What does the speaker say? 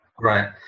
right